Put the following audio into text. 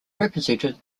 represented